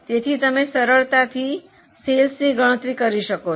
તેથી તમે સરળતાથી વેચાણની ગણતરી કરી શકો છો